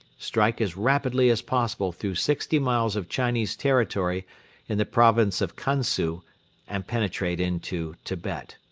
strike as rapidly as possible through sixty miles of chinese territory in the province of kansu and penetrate into tibet.